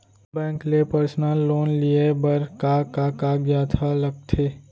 Bank ले personal loan लेये बर का का कागजात ह लगथे?